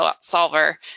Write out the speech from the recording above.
solver